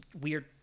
weird